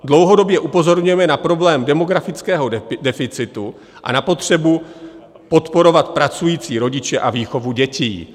Dlouhodobě upozorňujeme na problém demografického deficitu a na potřebu podporovat pracující rodiče a výchovu dětí.